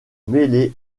mêlé